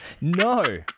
no